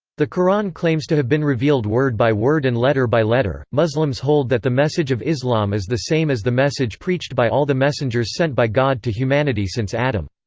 the qur'an claims to have been revealed word by word and letter by letter muslims hold that the message of islam is the same as the message preached by all the messengers sent by god to humanity since adam.